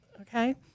okay